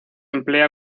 emplea